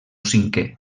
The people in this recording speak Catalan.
cinquè